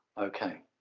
okay